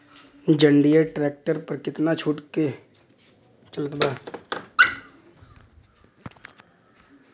जंडियर tractor पर कितना के छूट चलत बा?